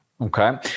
Okay